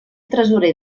tresorer